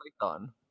Python